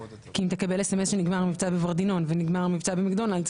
אם תקבל SMS שנגמר המבצע בוורדינון ונגמר המבצע במקדונלדס,